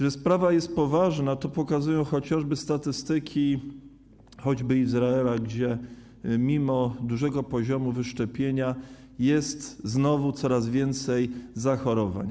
Że sprawa jest poważna, pokazują chociażby statystyki Izraela, gdzie mimo dużego poziomu wyszczepienia jest znowu coraz więcej zachorowań.